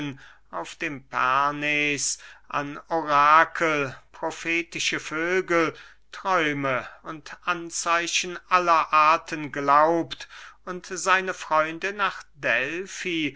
auf dem pernes an orakel profetische vögel träume und anzeichen aller arten glaubt und seine freunde nach delfi